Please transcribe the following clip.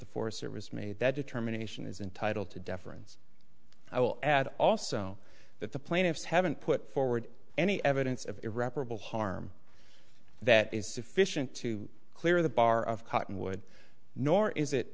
the forest service made that determination is entitled to deference i will add also that the plaintiffs haven't put forward any evidence of irreparable harm that is sufficient to clear the bar of cottonwood nor is it